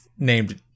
named